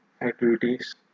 activities